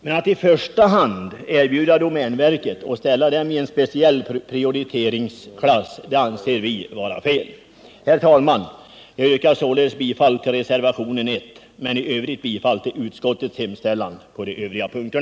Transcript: Men att i första hand erbjuda mark till domänverket och ställa det i en speciell prioriteringsklass anser vi vara fel. Herr talman! Jag yrkar således bifall till reservationen 1 angående bidrag till skogsförbättringar och till utskottets hemställan på övriga punkter.